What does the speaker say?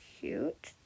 cute